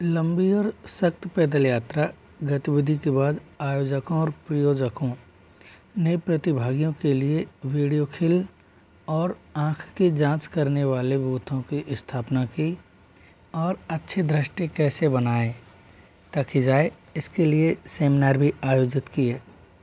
लंबी और सख्त पैदल यात्रा गतिविधि के बाद आयोजकों और प्रयोजकों ने प्रतिभागियों के लिए वीडियो खेल और आँख की जाँच करने वाले बूथों की स्थापना की और अच्छी दृष्टि कैसे बनाए तखी जाए इसके लिए सेमिनार भी आयोजित किए